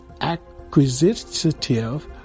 acquisitive